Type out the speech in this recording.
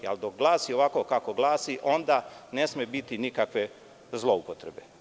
Ali, dok ovako glasi, kako glasi, onda ne sme biti nikakve zloupotrebe.